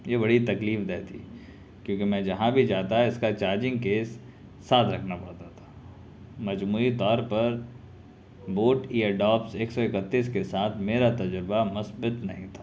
یہ بڑی تکلیف دہ تھی کیونکہ میں جہاں بھی جاتا اس کا چارجنگ کیس ساتھ رکھنا پڑتا تھا مجموعی طور پر بوٹ ایئر ڈاپس ایک سو اکتس کے ساتھ میرا تجربہ مثبت نہیں تھا